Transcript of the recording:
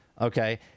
okay